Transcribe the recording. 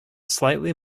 slightly